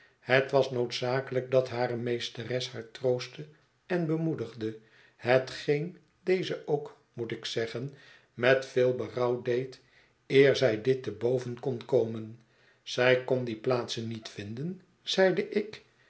het was noodzakelijk dat hare meesteres haar troostte en bemoedigde hetgeen deze ook moet ik zeggen met veel berouw deed eer zij dit te boven kon komen zij kon die plaatsen niet vinden zeide ik